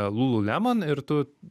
lulu lemon ir tu